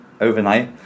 overnight